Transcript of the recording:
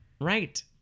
Right